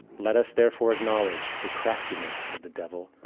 let us therefore acknowledge the craftiness of the devil,